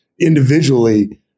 individually